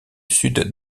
sud